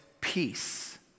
peace